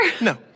No